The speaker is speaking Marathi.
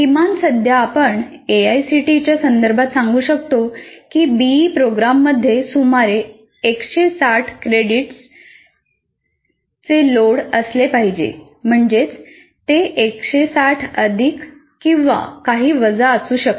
किमान सध्या आपण एआयसीटीईच्या संदर्भात सांगू शकतो की बीई प्रोग्राममध्ये सुमारे 160 क्रेडिट्सचे क्रेडिट लोड असेल म्हणजेच ते 160 अधिक किंवा काही वजा असू शकते